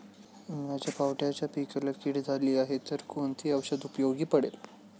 माझ्या पावट्याच्या पिकाला कीड झाली आहे तर कोणते औषध उपयोगी पडेल?